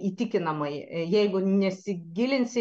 įtikinamai jeigu nesigilinsi